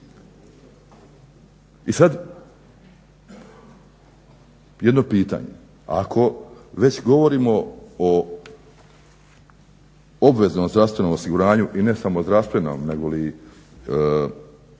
I sada jedno pitanje, ako već govorimo o obveznom zdravstvenom osiguranju i ne samo zdravstvenom negoli